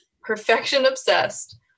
perfection-obsessed